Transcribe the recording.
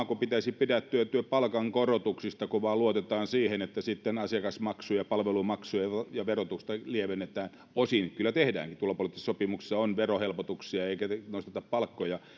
kuin pitäisi pidättäytyä palkankorotuksista kun vain luotetaan siihen että sitten asiakasmaksuja palvelumaksuja ja verotusta lievennetään osin kyllä tehdäänkin tulopoliittisissa sopimuksissa on verohelpotuksia eikä nosteta palkkoja